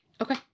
Okay